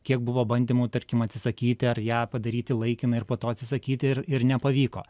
kiek buvo bandymų tarkim atsisakyti ar ją padaryti laikiną ir po to atsisakyti ir ir nepavyko